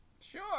Sure